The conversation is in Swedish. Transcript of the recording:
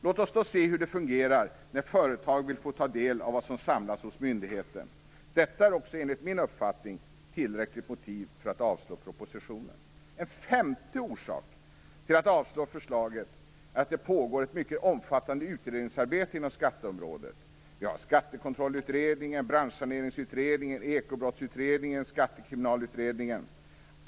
Låt oss då se hur det fungerar när företag vill få ta del av vad som samlats hos myndigheten! Detta är också enligt min uppfattning ett tillräckligt motiv för att avslå propositionen. En femte orsak till att avslå förslaget är att det pågår ett mycket omfattande utredningsarbete på skatteområdet. Vi har Skattekontrollutredningen, Branschsaneringsutredningen, Ekobrottsutredningen och Skattekriminalutredningen.